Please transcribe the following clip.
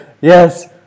yes